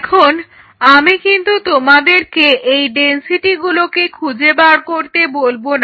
এখন আমি কিন্তু তোমাদেরকে এই ডেনসিটিগুলোকে খুজে বার করতে বলব না